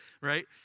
Right